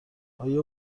آیا